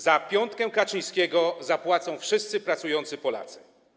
Za piątkę Kaczyńskiego zapłacą wszyscy pracujący Polacy.